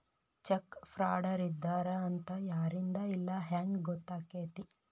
Check ಫ್ರಾಡರಿದ್ದಾರ ಅಂತ ಯಾರಿಂದಾ ಇಲ್ಲಾ ಹೆಂಗ್ ಗೊತ್ತಕ್ಕೇತಿ?